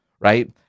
right